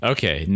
Okay